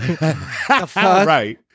Right